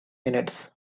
minutes